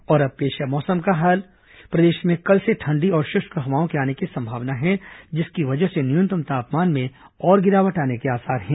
मौसम और अब पेश है मौसम का हाल प्रदेश में कल से ठंडी और श्रष्क हवाओं के आने की संभावना है जिसकी वजह से न्यूनतम तापमान में और गिरावट आने के आसार हैं